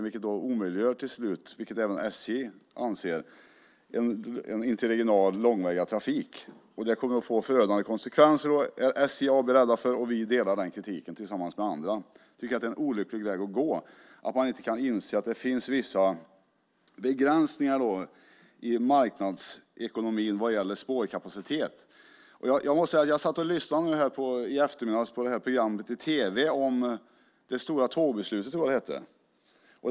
Till slut omöjliggör det, vilket även SJ anser, en interregional långväga trafik. Hos SJ AB är man rädd att det kommer att få förödande konsekvenser. Tillsammans med andra delar vi kritiken. Det är en olycklig väg att gå, alltså att man inte kan inse att det finns vissa begränsningar i marknadsekonomin vad gäller spårkapaciteten. I dag på eftermiddagen satt jag och lyssnade på tv-programmet Det stora tågbeslutet - jag tror programmet heter så.